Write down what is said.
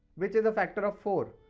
which is a factor of four.